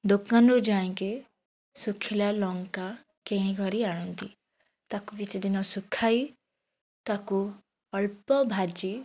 ଦୋକାନରୁ ଯାଇଁକି ଶୁଖିଲାଲଙ୍କା କିଣିକରି ଆଣନ୍ତି ତାକୁ କିଛିଦିନ ଶୁଖାଇ ତାକୁ ଅଳ୍ପ ଭାଜି